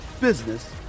business